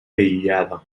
aïllada